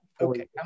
okay